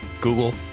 Google